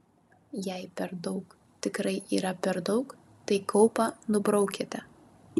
jei per daug tikrai yra per daug tai kaupą nubraukite